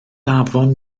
afon